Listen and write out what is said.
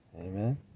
Amen